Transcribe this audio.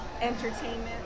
entertainment